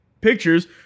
pictures